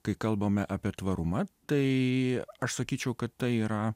kai kalbame apie tvarumą tai aš sakyčiau kad tai yra